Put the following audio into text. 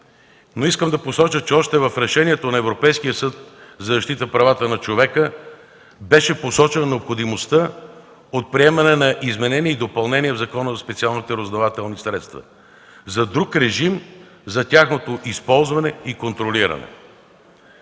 но искам да посоча, че още в решението на Европейския съд за защита правата на човека беше посочена необходимостта от приемането на изменение и допълнение в Закона за специалните разузнавателни средства, за друг режим за тяхното използване и контролиране.